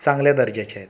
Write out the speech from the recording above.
चांगल्या दर्जाचे आहेत